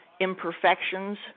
imperfections